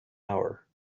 hour